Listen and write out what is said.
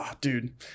Dude